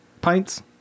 pints